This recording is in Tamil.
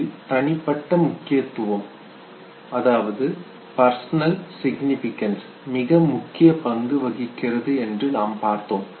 அதில் தனிப்பட்ட முக்கியத்துவம் பர்சனல் சிக்னிஃபிகன்ஸ் மிக முக்கிய பங்கு வகிக்கிறது என்று நாம் பார்த்தோம்